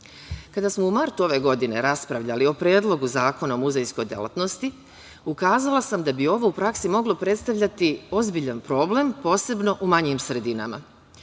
smo u martu ove godine raspravljali o Predlogu Zakona o muzejskoj delatnosti, ukazala sam da bi ovo u praksi moglo predstavljati ozbiljan problem, posebno u manjim sredinama. Naime,